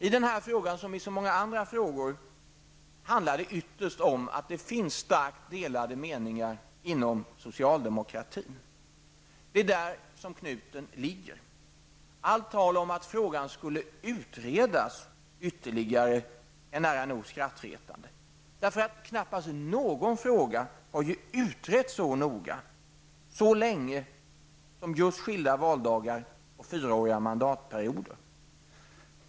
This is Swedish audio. I denna fråga, som i så många andra frågor, handlar det ytterst om att det finns starkt delade meningar inom socialdemokratin. Det är där knuten ligger. Allt tal om att frågan skulle ''utredas'' ytterligare är nära nog skrattretande. Knappast någon fråga har ju utretts så noga och så länge som just skilda valdagar och fyraåriga mandatperioder.